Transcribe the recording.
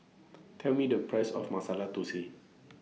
Tell Me The Price of Masala Thosai